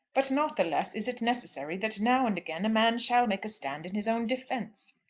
but not the less is it necessary that now and again a man shall make a stand in his own defence.